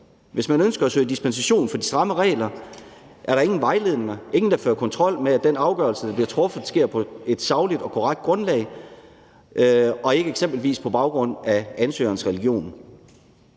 Hvis man ønsker at søge dispensation fra de stramme regler, er der ingen vejledninger og ingen, der fører kontrol med, at den afgørelse, der bliver truffet, sker på et sagligt og korrekt grundlag – og ikke eksempelvis på baggrund af ansøgerens religion.